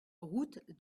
route